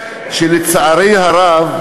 שלצערי הרב,